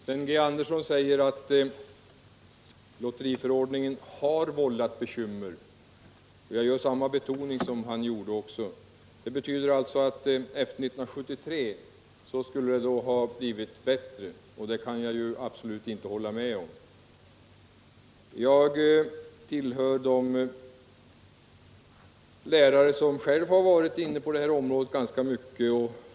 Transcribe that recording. Herr talman! Sven G. Andersson säger att lotteriförordningen har vållat bekymmer — jag betonar det på samma sätt som han gjorde. Det betyder att det skulle ha blivit bättre efter 1973. Det kan jag absolut inte hålla med om. Jag tillhör de lärare som själva varit inne på det här området ganska mycket.